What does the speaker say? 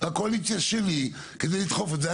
לקואליציה שלי כדי לדחוף את זה.